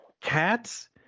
Cats